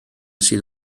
sydd